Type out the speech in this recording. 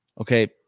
Okay